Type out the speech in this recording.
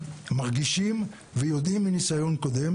מרגישים ויודעים מניסיון קודם,